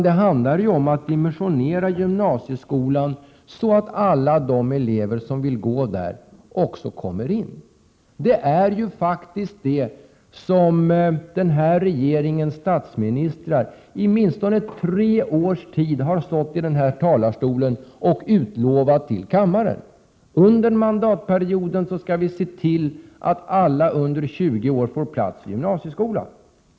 Det gäller att dimensionera gymnasieskolan så att alla de elever som vill gå där också kommer in. Och det är faktiskt detta som den socialdemokratiska regeringens statsministrar i åtminstone tre års tid har stått här i talarstolen och utlovat inför kammaren. De har sagt: Under mandatperioden skall vi se till att alla under 20 år får plats i gymnasieskolan.